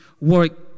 work